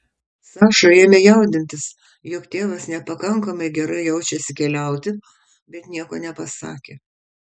saša ėmė jaudintis jog tėvas nepakankamai gerai jaučiasi keliauti bet nieko nepasakė